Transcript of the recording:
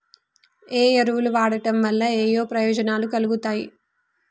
ఏ ఎరువులు వాడటం వల్ల ఏయే ప్రయోజనాలు కలుగుతయి?